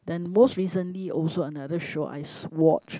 then most recently also another show I s~ watched